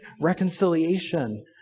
reconciliation